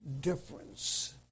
difference